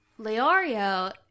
Leorio